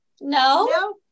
No